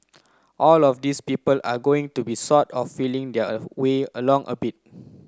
all of these people are going to be sort of feeling their way along a bit